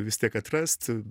vis tiek atrast